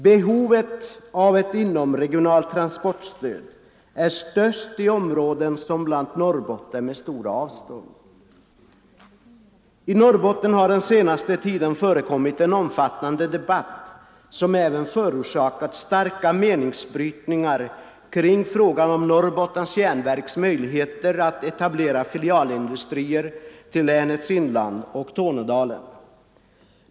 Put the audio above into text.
Behovet av ett inomregionalt transportstöd är störst i områden som bl.a. Norrbotten med stora avstånd. I Norrbotten har den senaste tiden förekommit en omfattande debatt som även förorsakat starka meningsbrytningar kring frågan om Norrbottens Järnverks möjligheter att etablera filialindustrier till länets inland och Tornedalen.